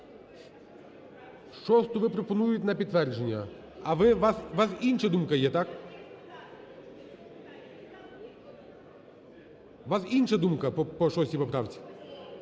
6-у пропонують на підтвердження. А у вас інша думка є, так? У вас інша думка по 6 поправці?